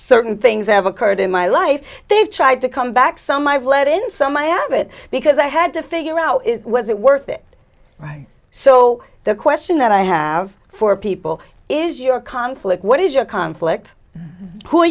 certain things have occurred in my life they've tried to come back some i've let in some i have it because i had to figure out was it worth it right so the question that i have for people is your conflict what is your conflict who are